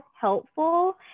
helpful